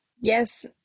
Yes